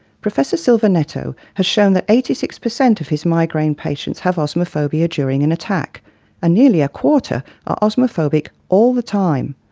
professor silva-neto has shown that eighty six per cent of his migraine patients have osmophobia during an attack and nearly a quarter are osmophobic all the time.